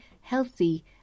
healthy